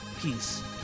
Peace